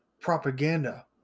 propaganda